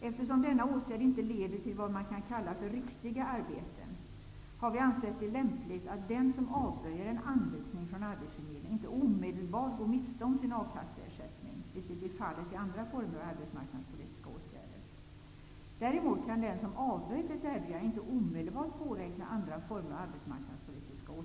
Eftersom denna åtgärd inte leder till vad man kan kalla för riktiga arbeten, har vi ansett det lämpligt att den som avböjer en anvisning från arbetsförmedlingen inte omedelbart går miste om sin a-kasseersättning, vilket är fallet vid andra former av arbetsmarknadspolitiska åtgärder. Däremot kan den som avböjt ett erbjudande inte omedelbart påräkna andra former av arbetsmarknadspolitiska åtgärder.